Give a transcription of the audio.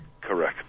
Correct